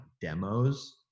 demos